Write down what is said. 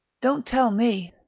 don't tell me.